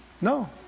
no